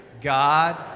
God